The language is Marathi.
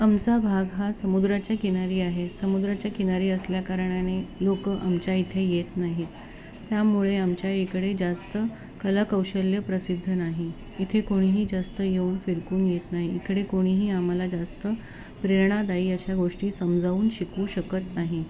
आमचा भाग हा समुद्राच्या किनारी आहे समुद्राच्या किनारी असल्याकारणाने लोक आमच्या इथे येत नाहीत त्यामुळे आमच्या इकडे जास्त कलाकौशल्य प्रसिद्ध नाही इथे कोणीही जास्त येऊन फिरकून येत नाही इकडे कोणीही आम्हाला जास्त प्रेरणादायी अशा गोष्टी समजाऊन शिकवू शकत नाही